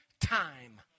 time